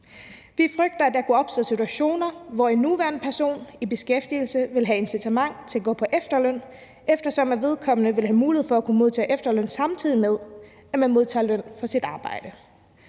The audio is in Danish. Vi frygter, at der vil kunne opstå situationer, hvor en nuværende person i beskæftigelse vil have et incitament til at gå på efterløn, eftersom vedkommende vil have mulighed for at kunne modtage efterløn, samtidig med at man modtager løn for sit arbejde.